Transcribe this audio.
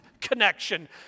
connection